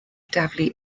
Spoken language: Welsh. daflu